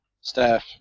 staff